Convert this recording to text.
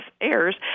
airs